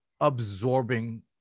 absorbing